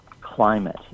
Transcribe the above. climate